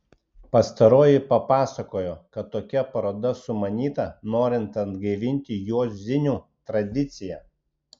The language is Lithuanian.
pastaroji papasakojo kad tokia paroda sumanyta norint atgaivinti juozinių tradiciją